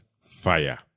fire